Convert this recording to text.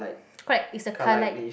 correct is the car light